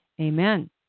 Amen